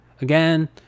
again